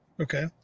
Okay